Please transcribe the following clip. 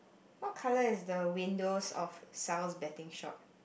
what colour is the windows of Sal's betting shop